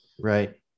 right